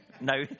no